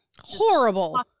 Horrible